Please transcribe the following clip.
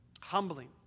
humbling